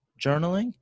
journaling